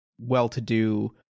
well-to-do